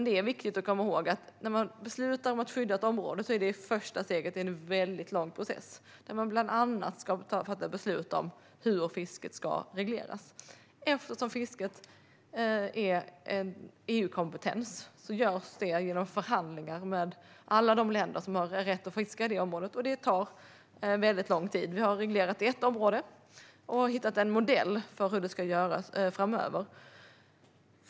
Det är viktigt att komma ihåg att när man beslutar om ett skyddat område är det första steget en väldigt lång process. Man ska bland annat fatta beslut om hur fisket ska regleras. Eftersom fiske är en EU-kompetens måste man förhandla med alla de länder som har rätt att fiska i det området. Det tar väldigt lång tid. Nu har vi reglerat ett område och hittat en modell för hur det ska göras framöver.